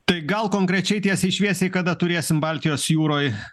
tai gal konkrečiai tiesiai šviesiai kada turėsim baltijos jūroj